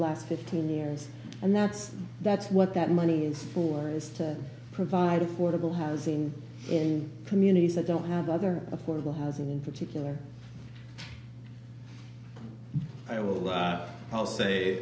last fifteen years and that's that's what that money is for is to provide affordable housing in communities that don't have other affordable housing in particular i will